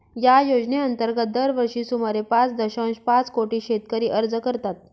या योजनेअंतर्गत दरवर्षी सुमारे पाच दशांश पाच कोटी शेतकरी अर्ज करतात